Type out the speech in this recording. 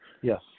Yes